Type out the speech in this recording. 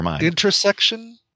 Intersection